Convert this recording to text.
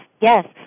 Yes